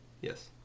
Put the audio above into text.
Yes